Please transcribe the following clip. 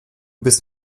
bist